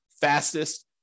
fastest